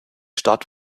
stadt